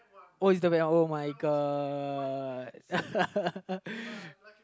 oh is the wet one oh my god